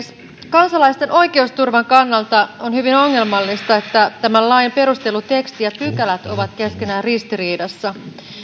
kansalaisten oikeusturvan kannalta on hyvin ongelmallista että tämän lain perusteluteksti ja pykälät ovat keskenään ristiriidassa